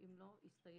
אם לא יסתיים